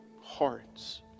hearts